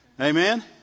Amen